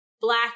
black